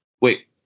Wait